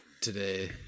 today